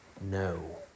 no